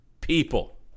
people